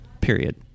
period